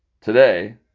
today